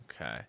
Okay